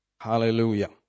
Hallelujah